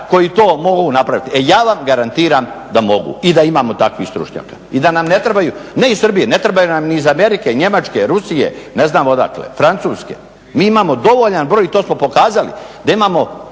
koji to mogu napraviti? E ja vam garantiram da mogu i da imamo takvih stručnjaka. I da nam ne trebaju, ne iz Srbije, ne trebaju nam ni iz Amerike, Njemačke, Rusije, ne znam odakle, Francuske, mi imamo dovoljan broj i to smo pokazali da imamo